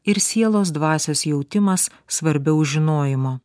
ir sielos dvasios jautimas svarbiau žinojimo